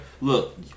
Look